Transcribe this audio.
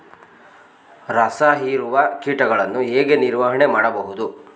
ರಸ ಹೀರುವ ಕೀಟಗಳನ್ನು ಹೇಗೆ ನಿರ್ವಹಣೆ ಮಾಡಬಹುದು?